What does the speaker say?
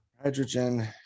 hydrogen